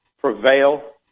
prevail